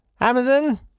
Amazon